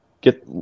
get